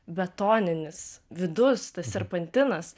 betoninis vidus tas serpantinas